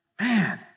Man